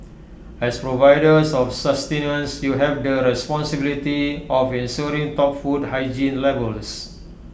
as providers of sustenance you have the responsibility of ensuring top food hygiene levels